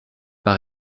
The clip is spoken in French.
par